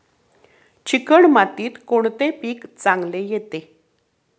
Chicken मातीत कोणते पीक चांगले येते?